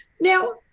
Now